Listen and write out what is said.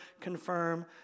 confirm